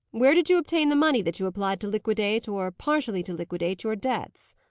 where did you obtain the money that you applied to liquidate, or partially to liquidate, your debts?